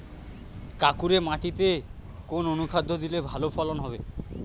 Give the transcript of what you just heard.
কাঁকুরে মাটিতে কোন অনুখাদ্য দিলে ভালো ফলন হবে?